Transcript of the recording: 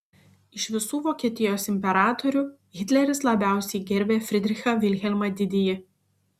iš visų vokietijos imperatorių hitleris labiausiai gerbė fridrichą vilhelmą didįjį